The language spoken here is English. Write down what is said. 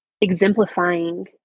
exemplifying